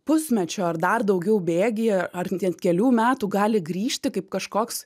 pusmečio ar dar daugiau bėgyje ar net kelių metų gali grįžti kaip kažkoks